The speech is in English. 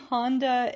Honda